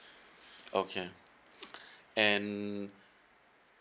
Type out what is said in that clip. okay and